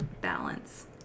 balance